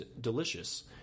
delicious